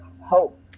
hope